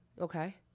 Okay